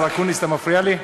השר אקוניס, אתה מפריע לי.